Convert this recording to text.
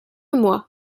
moi